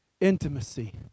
Intimacy